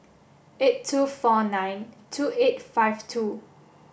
eight two four nine two eight five two